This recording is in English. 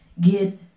get